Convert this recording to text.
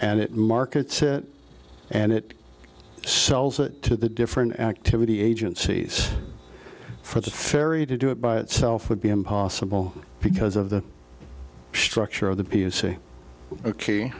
and it markets it and it sells it to the different activity agencies for the ferry to do it by itself would be impossible because of the structure of the